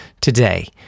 today